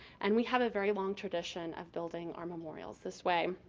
and we have a very long tradition of building our memorials this way.